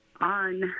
on